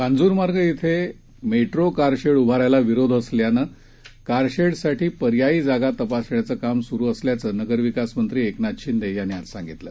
कांजरमार्गइथंमेट्रोकारशेडउभारायलाविरोधहोतअसल्यानंकारशेडसाठीपर्यायीजागातपासण्याचंकामसुरुअस ल्याचंनगरविकासमंत्रीएकनाथशिंदेयांनीआजसांगितलं